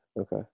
Okay